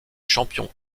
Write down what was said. champion